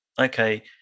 okay